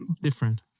different